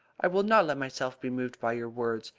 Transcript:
i will not let myself be moved by your words.